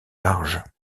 large